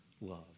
love